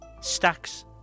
stacks